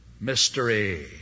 Mystery